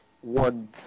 one